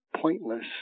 pointless